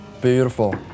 Beautiful